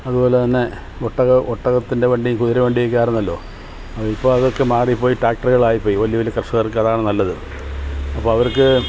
അതുപോലെ തന്നെ ഒട്ടക ഒട്ടകത്തിൻ്റെ വണ്ടി കുതിര വണ്ടി ഒക്കെ ആയിരുന്നല്ലോ അത് ഇപ്പോൾ അതൊക്കെ മാറി ഇപ്പോൾ ഈ ട്രാക്ടറുകളായി പോയി വലിയ വലിയ കർഷകർക്ക് അതാണ് നല്ലത് അപ്പോൾ അവർക്ക്